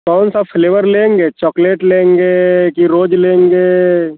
कौन सा फ्लेवर लेंगे चॉकलेट लेंगे कि रोज लेंगे